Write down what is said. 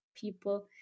people